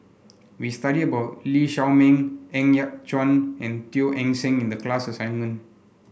we studied about Lee Shao Meng Ng Yat Chuan and Teo Eng Seng in the class assignment